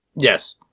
Yes